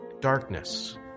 darkness